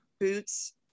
boots